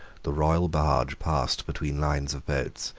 the royal barge passed between lines of boats,